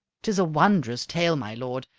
tis a wondrous tale, my lord.